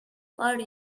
are